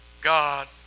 God